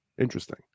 interesting